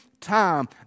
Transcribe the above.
time